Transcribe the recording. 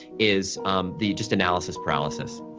is the just analysis paralysis.